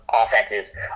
offenses